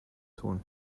tun